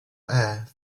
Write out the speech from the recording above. heir